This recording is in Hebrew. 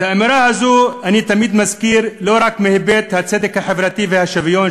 את האמרה הזאת אני תמיד מזכיר לא רק מהיבט הצדק החברתי והשוויון,